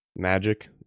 Magic